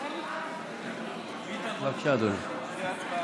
בבקשה, אדוני.